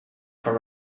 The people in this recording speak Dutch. voor